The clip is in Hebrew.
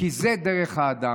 כי זו דרך האדם.